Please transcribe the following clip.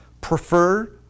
prefer